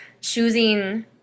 choosing